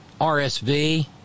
RSV